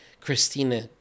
Christina